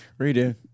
Redo